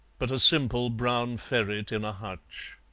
but a simple brown ferret in a hutch.